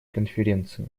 конференции